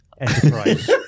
enterprise